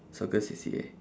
soccer C_C_A